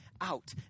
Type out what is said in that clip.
out